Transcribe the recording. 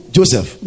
Joseph